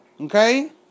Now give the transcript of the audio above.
okay